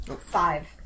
five